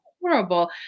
horrible